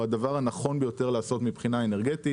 הדבר הנכון ביותר לעשות מבחינה אנרגטית.